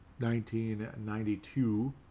1992